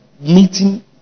meeting